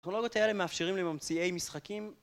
האטרולוגיות האלה מאפשרים לממציאי משחקים